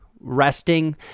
resting